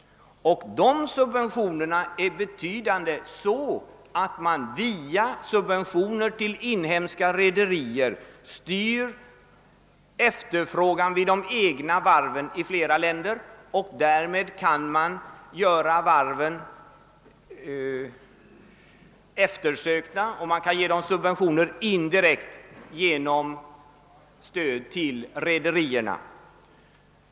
Dessa subventioner är betydande. Via subventioner till inhemska rederier styr man i flera länder efterfrågan till de egna varven. Därmed blir varven eftersökta. Indirekt kan de ges subventioner genom stöd till rederierna.